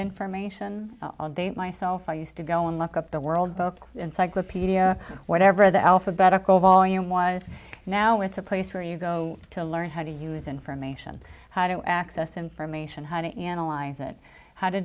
information all day myself i used to go and look up the world book encyclopedia whatever the alphabetical volume was now it's a place where you go to learn how to use information how to access information how to analyze it how to